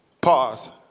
Pause